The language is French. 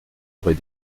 aurez